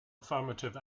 affirmative